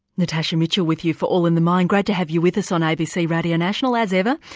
natasha mitchell with you for all in the mind, great to have you with us on abc radio national as ever.